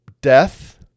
death